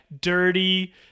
Dirty